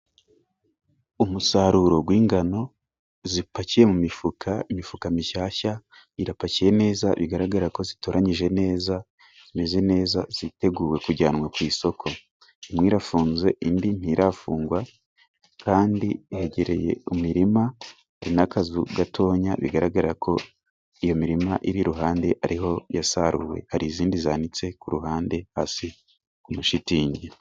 Umusaruro w'ingano upakiye mu mifuka, imifuka mishyashya irapakiye neza bigaragara ko zitoranyije neza meze neza ziteguyeb kujyanwa ku isoko, imwe irafunze indi ntirafungwa kandi yegereye imirima n'akazu gatoya bigaragara ko iyo mirima iri iruhande ariho yasaruwe hari izindi zanitse ku ruhande hasi ku ishitingi.